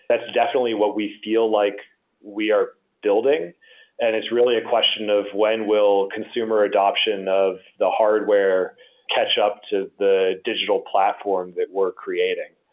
that's definitely what we feel like we are building and it's really a question of when will consumer adaption of the hardware catch up to the digital platforms that we're creating.